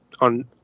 on